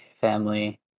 family